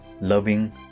loving